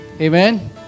Amen